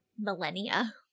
millennia